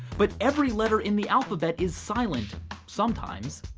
but every letter in the alphabet is silent sometimes.